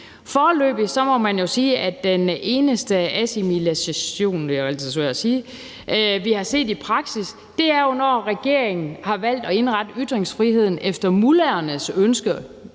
Foreløbig må man sige, at den eneste assimilation, det er altid svært at sige, vi har set i praksis, er, når regeringen har valgt at indrette ytringsfriheden efter mullahernes ønske,